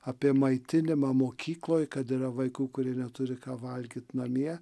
apie maitinimą mokykloj kad yra vaikų kurie neturi ką valgyt namie